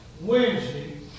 Wednesday